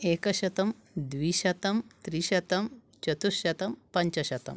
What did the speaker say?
एकशतम् द्विशतम् त्रिशतम् चतुश्शतम् पञ्चशतम्